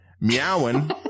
meowing